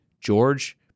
George